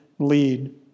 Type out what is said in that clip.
lead